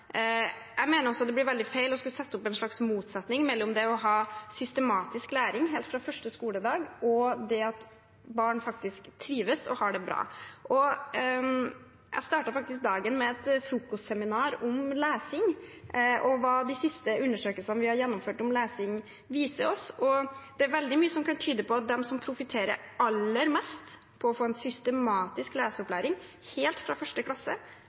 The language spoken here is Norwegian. å ha systematisk læring helt fra første skoledag og det at barn trives og har det bra. Jeg startet faktisk dagen med et frokostseminar om lesing og hva de siste undersøkelsene om lesing som er gjennomført, viser oss. Det er veldig mye som tyder på at de som profitterer aller mest på å få en systematisk leseopplæring helt fra 1. klasse,